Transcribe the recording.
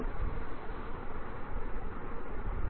Thank you